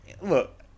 look